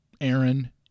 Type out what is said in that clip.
Aaron